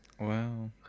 Wow